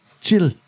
Chill